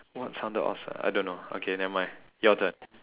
what sounded awesome I don't know okay nevermind your turn